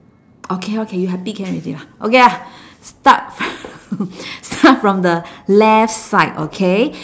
okay okay you happy can already lah okay ah start start from the left side okay